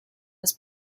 was